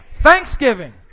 Thanksgiving